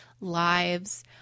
lives